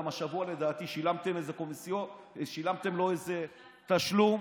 גם השבוע שילמתם לו איזה תשלום,